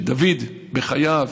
שדוד, בחייו,